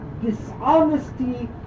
dishonesty